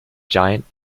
giant